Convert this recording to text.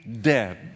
dead